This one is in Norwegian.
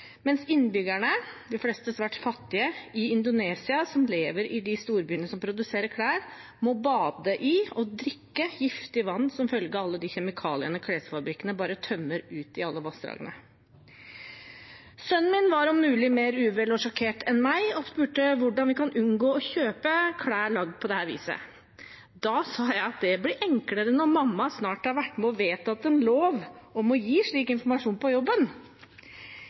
mens innbyggerne i Indonesia, de fleste svært fattige, som lever i de storbyene som produserer klær, må bade i og drikke giftig vann som følge av alle kjemikaliene klesfabrikkene bare tømmer ut i alle vassdragene. Sønnen min var om mulig mer uvel og sjokkert enn meg og spurte hvordan vi kan unngå å kjøpe klær lagd på dette viset. Da sa jeg at det blir enklere når mamma på jobben snart har vært med på å vedta en lov om å gi slik informasjon.